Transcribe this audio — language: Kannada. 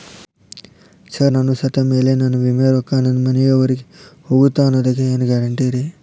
ಸರ್ ನಾನು ಸತ್ತಮೇಲೆ ನನ್ನ ವಿಮೆ ರೊಕ್ಕಾ ನನ್ನ ಮನೆಯವರಿಗಿ ಹೋಗುತ್ತಾ ಅನ್ನೊದಕ್ಕೆ ಏನ್ ಗ್ಯಾರಂಟಿ ರೇ?